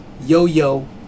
Yo-Yo